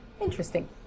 Interesting